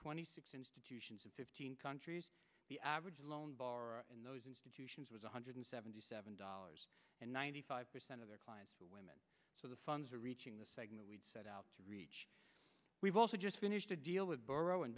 twenty six institutions in fifteen countries the average loan bar in those institutions was one hundred seventy seven dollars and ninety five percent of their clients are women so the funds are reaching the segment we set out to reach we've also just finished a deal with bor